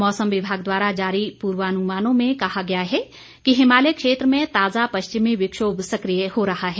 मौसम विभाग द्वारा जारी पूर्वानुमानों में कहा गया है कि हिमालय क्षेत्र में ताजा पश्चिमी विक्षोभ सकिय हो रहा है